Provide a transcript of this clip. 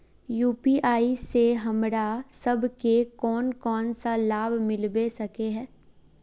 UPI से हमरा सब के कोन कोन सा लाभ मिलबे सके है?